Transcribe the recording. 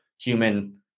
human